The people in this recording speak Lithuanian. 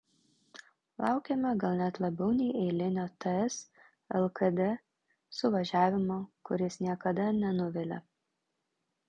laukėme gal net labiau nei eilinio ts lkd suvažiavimo kuris niekada nenuvilia